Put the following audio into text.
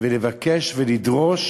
ולבקש ולדרוש,